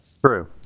True